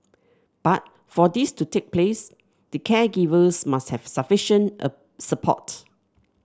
but for this to take place the caregivers must have sufficient a support